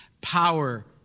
power